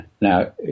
Now